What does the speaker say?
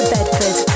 Bedford